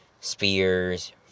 spears